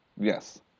Yes